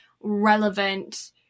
relevant